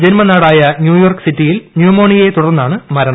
ജന്മനാടായ് New York സിറ്റിയിൽ ന്യൂമോണിയയെ തുടർന്നാണ് മരണം